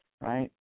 right